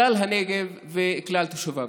כלל הנגב וכלל תושביו.